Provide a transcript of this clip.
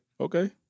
Okay